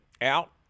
out